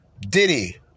Diddy